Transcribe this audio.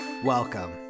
Welcome